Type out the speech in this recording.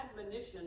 admonition